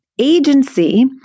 Agency